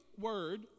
word